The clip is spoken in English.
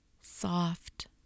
soft